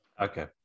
Okay